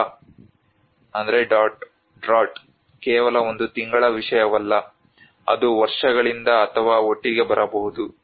ಬರ ಕೇವಲ ಒಂದು ತಿಂಗಳ ವಿಷಯವಲ್ಲ ಅದು ವರ್ಷಗಳಿಂದ ಅಥವಾ ಒಟ್ಟಿಗೆ ಬರಬಹುದು